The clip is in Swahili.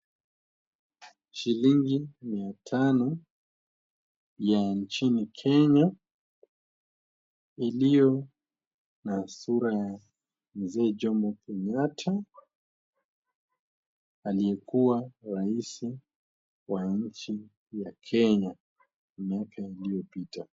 Shilingi mia tano ya nchini Kenya iliyo na sura ya mzee Jomo Kenyatta, aliyekuwa raisi wa nchi ya Kenya miaka iliyopita.